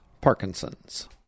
Parkinson's